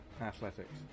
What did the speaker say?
athletics